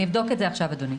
אני אבדוק את זה עכשיו, אדוני.